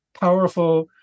powerful